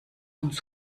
uns